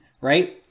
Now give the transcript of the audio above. Right